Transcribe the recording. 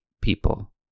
people